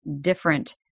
different